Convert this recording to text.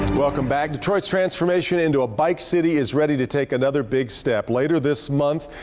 welcome back. detroit's transformation into a bike city is ready to take another big step. later this month,